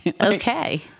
Okay